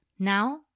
Now